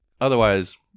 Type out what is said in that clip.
otherwise